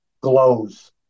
glows